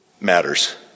matters